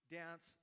dance